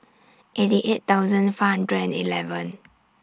eighty eight thousand five hundred and eleven